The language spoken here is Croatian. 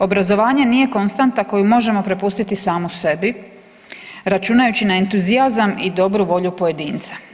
Obrazovanje nije konstanta koju možemo prepustiti samu sebi računajući na entuzijazam i dobru volju pojedinca.